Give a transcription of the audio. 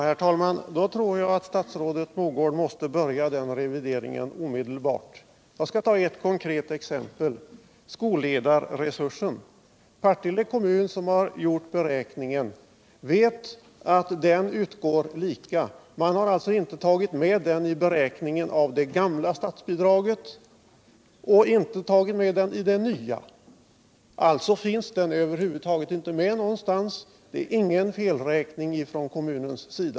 Herr talman! Jag tror att statsrådet Mogård måste påbörja den revideringen omedelbart. Jag skall ta ett konkret exempel beträffande skolledarresursen. Partille kommun, som gjort beräkningen, vet att bidraget för denna resurs utgår lika. Man har alltså inte tagit med den i beräkningen av det gamla statsbidraget och inte tagit med den i det nya. Den finns alltså inte med någonstans — det är ingen felräkning från kommunens sida.